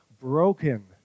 broken